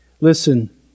Listen